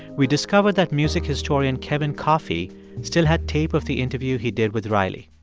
we discovered that music historian kevin coffey still had tape of the interview he did with riley.